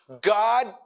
God